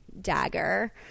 Dagger